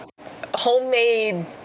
homemade